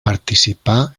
participà